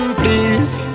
please